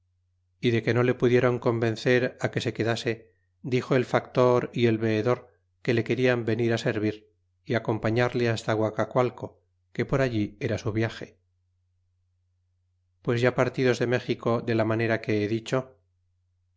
y de que no le pudieron convencer que se quedase dixo el factor y el veedor que le querian venir servir y acompañarle hasta guacacualco que por allí era su viage pues ya partidos de méxico de la manera que he dicho